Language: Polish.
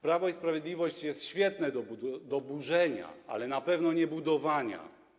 Prawo i Sprawiedliwość jest świetne do burzenia, ale na pewno nie do budowania.